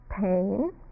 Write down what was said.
pain